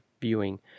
viewing